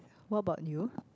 what about you